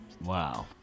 Wow